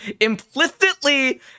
Implicitly